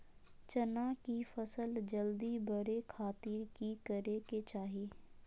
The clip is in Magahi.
चना की फसल जल्दी बड़े खातिर की करे के चाही?